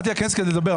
באתי לכנסת כדי לדבר.